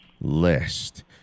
list